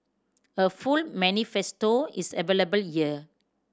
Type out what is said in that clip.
a full manifesto is available year